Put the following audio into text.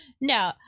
No